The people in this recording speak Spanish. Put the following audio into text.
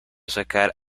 sacar